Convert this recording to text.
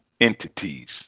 entities